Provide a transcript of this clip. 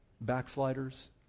Backsliders